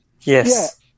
Yes